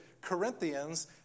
Corinthians